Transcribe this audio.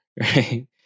right